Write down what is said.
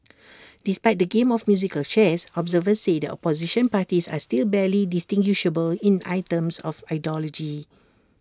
despite the game of musical chairs observers say the opposition parties are still barely distinguishable in items of ideology